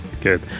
good